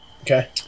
Okay